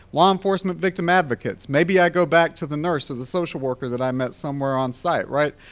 law enforcement victim advocates, maybe i go back to the nurses, the social workers that i met somewhere on site, right?